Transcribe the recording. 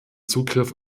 zugriff